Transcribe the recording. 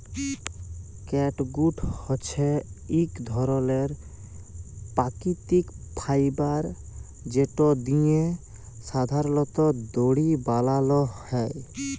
catgut হছে ইক ধরলের পাকিতিক ফাইবার যেট দিঁয়ে সাধারলত দড়ি বালাল হ্যয়